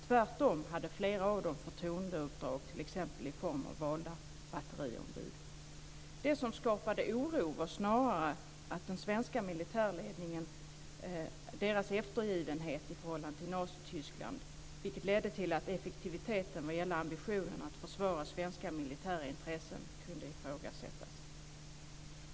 Tvärtom hade flera av dem förtroendeuppdrag, t.ex. i form av valda batteriombud. Det som skapade oro var snarare den svenska militärledningens eftergivenhet i förhållande till Nazityskland, vilket ledde till att effektiviteten vad gällde ambitionen att försvara svenska militära intressen kunde ifrågasättas.